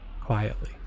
quietly